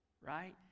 Right